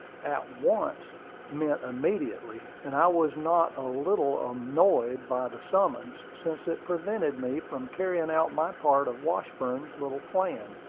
at once meant immediately and i was not a little annoyed by the summons, since it prevented me from carrying out my part of washburn's little plan.